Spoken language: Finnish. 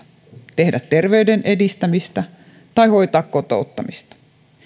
tehdä terveydenedistämistä tai hoitaa kotouttamista